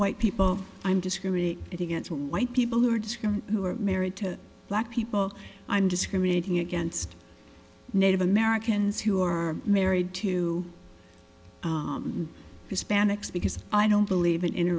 white people i'm discriminate against white people who are describing who are married to black people i'm discriminating against native americans who are married to hispanics because i don't believe in inter